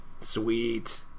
Sweet